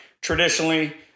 Traditionally